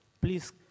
Please